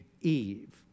Eve